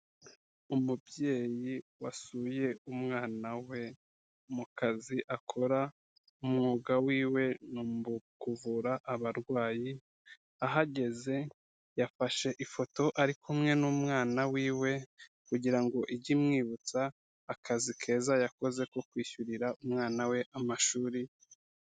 Umubyeyi wasuye umwana we mu kazi akora, umwuga wiwe ni ukuvura abarwayi, ahageze yafashe ifoto ari kumwe n'umwana wiwe, kugira ngo ijye imwibutsa akazi keza yakoze ko kwishyurira umwana we amashuri.